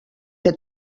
que